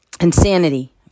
insanity